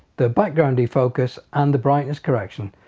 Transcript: the background defocus and the brightness correction.